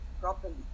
properly